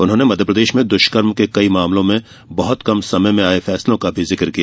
उन्होंने मध्यप्रदेश में दुष्कर्म के कई मामलों में बहुत कम समय में आये फैसलों का भी जिक किया